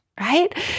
right